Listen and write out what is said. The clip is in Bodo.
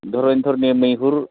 धरनिधरनि मैहुर